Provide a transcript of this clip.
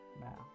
now